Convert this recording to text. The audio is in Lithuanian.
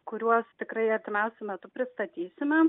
kuriuos tikrai artimiausiu metu pristatysime